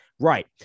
right